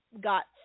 got